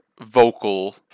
vocal